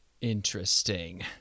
Interesting